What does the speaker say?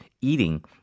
eating